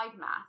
math